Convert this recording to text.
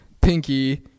Pinky